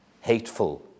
hateful